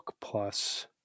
Plus